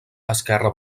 esquerra